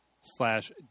slash